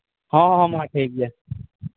ᱦᱮᱸ ᱦᱮᱸ ᱢᱟ ᱴᱷᱤᱠ ᱜᱮᱭᱟ